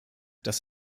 dass